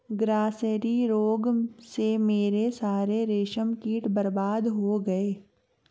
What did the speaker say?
grasserie रोग से मेरे सारे रेशम कीट बर्बाद हो गए